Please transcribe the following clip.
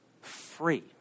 free